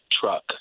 truck